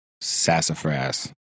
sassafras